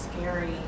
scary